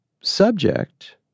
subject